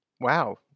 Wow